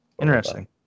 Interesting